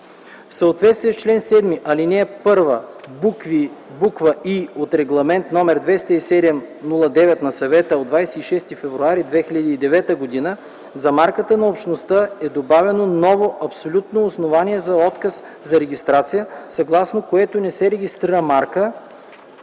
В съответствие с чл. 7, ал. 1, буква „и” от Регламент № 207/09 на Съвета от 26 февруари 2009 г. за марката на Общността е добавено ново абсолютно основание за отказ за регистрация, съгласно което не се регистрира марка…